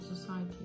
society